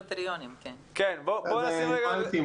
בואו נחזור לקונסרבטוריונים.